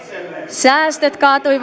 säästöt kaatuivat viimeisellä